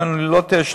אם אני לא טועה,